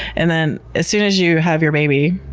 and then as soon as you have your baby,